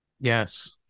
Yes